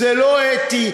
זה לא אתי,